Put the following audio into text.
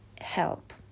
help